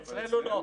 אצלנו לא.